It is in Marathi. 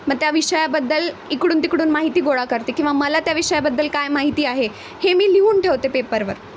मग त्या विषयाबद्दल इकडून तिकडून माहिती गोळा करते किंवा मला त्या विषयाबद्दल काय माहिती आहे हे मी लिहून ठेवते पेपरवर